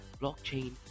blockchain